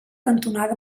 cantonada